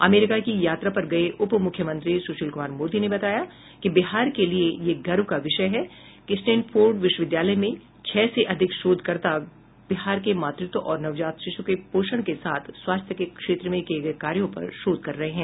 America की यात्रा पर गये उपमुख्यमंत्री सूशील कुमार मोदी ने बताया कि बिहार के लिए यह गर्व का विषय है कि स्टेनफोर्ड विश्विद्यालय में छह से अधिक शोधकर्ता बिहार के मातृत्व और नवजात शिश् के पोषण के साथ स्वास्थ्य के क्षेत्र में किये गये कार्यों पर शोध कर रहे हैं